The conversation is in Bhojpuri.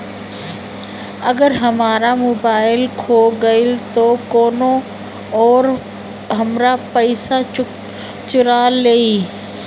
अगर हमार मोबइल खो गईल तो कौनो और हमार पइसा चुरा लेइ?